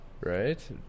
right